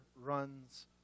runs